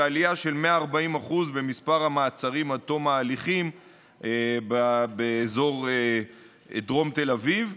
ועלייה של 140% במספר המעצרים עד תום ההליכים באזור דרום תל אביב.